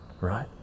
right